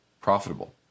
profitable